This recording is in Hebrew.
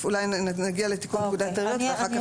נגיע לתיקון פקודת העיריות ואחר כך